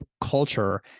culture